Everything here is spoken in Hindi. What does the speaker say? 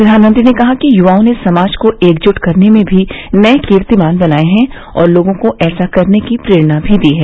प्रधानमंत्री ने कहा कि युवाओं ने समाज को एकजुट करने में भी नए कीर्तिमान बनाए हैं और लोगों को ऐसा करने की प्रेरणा भी दी है